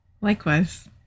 Likewise